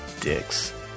Dicks